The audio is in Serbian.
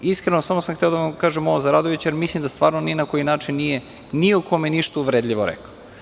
Iskreno, samo sam hteo da vam kažemo ovo za Radovića jer mislim da ni na koji način nije ni o kome ništa uvredljivo rekao.